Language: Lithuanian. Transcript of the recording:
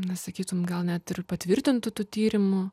na sakytum gal net ir patvirtintų tų tyrimų